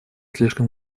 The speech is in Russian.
слишком